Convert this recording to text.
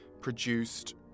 produced